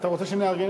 אתה רוצה שנארגן?